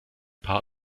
paar